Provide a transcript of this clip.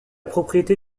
propriété